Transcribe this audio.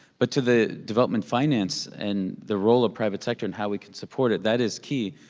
but to the development finance and the role of private sector and how we could support it, that is key,